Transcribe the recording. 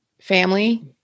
family